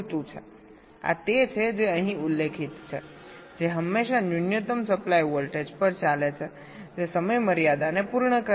આ તે છે જે અહીં ઉલ્લેખિત છેજે હંમેશા ન્યૂનતમ સપ્લાય વોલ્ટેજ પર ચાલે છે જે સમય મર્યાદાને પૂર્ણ કરે છે